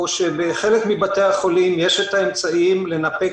או שבחלק מבתי החולים יש את האמצעים לנפק